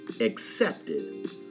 accepted